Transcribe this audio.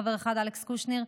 חבר אחד: אלכס קושניר,